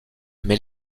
mais